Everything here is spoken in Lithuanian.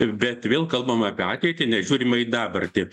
bet vėl kalbama apie ateitį nežiūrima į dabartį